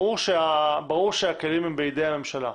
ברור שהכלים הם בידי הממשלה.